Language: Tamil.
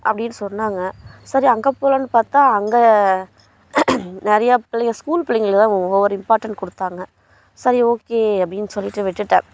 அப்படின்னு சொன்னாங்க சரி அங்கே போகலான்னு பார்த்தா அங்கே நிறையா பிள்ளைங்க ஸ்கூல் பிள்ளைங்களுக்கு தான் ஓவர் இம்பார்ட்டண்ட் கொடுத்தாங்க சரி ஓகே அப்படின்னு சொல்லிட்டு விட்டுட்டேன்